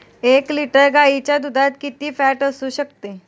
एक लिटर गाईच्या दुधात किती फॅट असू शकते?